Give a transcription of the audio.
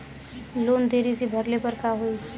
Loan देरी से भरले पर का होई?